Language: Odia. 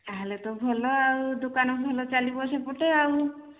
ତାହେଲେ ତ ଭଲ ଆଉ ଦୋକାନ ଭଲ ଚାଲିବ ସେପଟେ ଆଉ